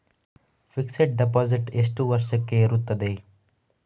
Fixed deposit ಎಷ್ಟು ವರ್ಷಕ್ಕೆ ಇರುತ್ತದೆ?